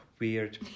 weird